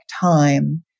time